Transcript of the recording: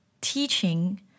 teaching